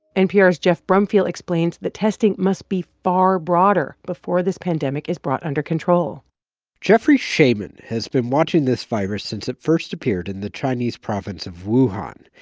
npr's geoff brumfiel explains that testing must be far broader before this pandemic is brought under control jeffrey shaman has been watching this virus since it first appeared in the chinese province of wuhan.